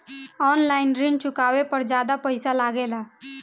आन line ऋण चुकावे पर ज्यादा पईसा लगेला?